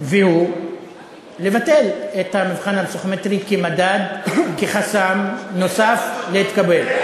והוא לבטל את המבחן הפסיכומטרי כמדד וכחסם נוסף להתקבל,